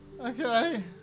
Okay